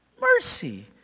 mercy